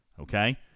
okay